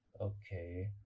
okay